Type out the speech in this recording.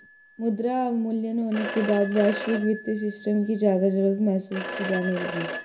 मुद्रा अवमूल्यन होने के बाद वैश्विक वित्तीय सिस्टम की ज्यादा जरूरत महसूस की जाने लगी